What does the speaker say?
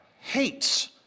hates